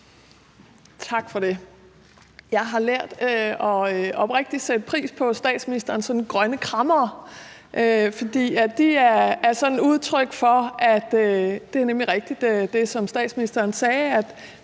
Tak for det. Jeg har lært oprigtigt at sætte pris på statsministerens grønne krammere, for det er nemlig rigtigt, hvad statsministeren sagde; de